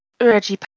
Reggie